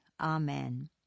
Amen